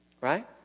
right